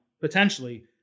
potentially